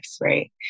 right